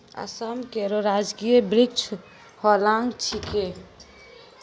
असम केरो राजकीय वृक्ष होलांग छिकै